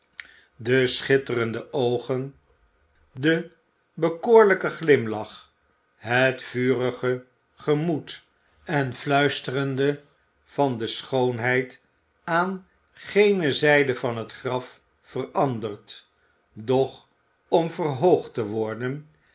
de schitterende oogen den bekoorlijken glimlach het vurige gemoed en fluisterde van de schoonheid aan gene zijde van het graf veranderd doch om verhoogd te worden